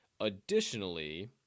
Additionally